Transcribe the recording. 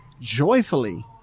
joyfully